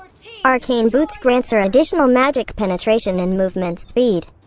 arcane boots grants her additional magic penetration and movement speed.